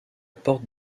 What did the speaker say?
porte